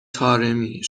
طارمی